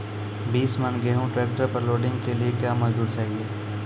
बीस मन गेहूँ ट्रैक्टर पर लोडिंग के लिए क्या मजदूर चाहिए?